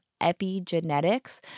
epigenetics